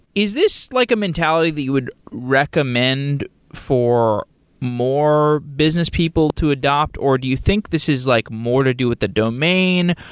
is this like a mentality that you would recommend for more business people to adopt, or do you think this is like more to do with the domain?